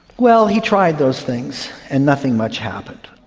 well, he tried those things and nothing much happened.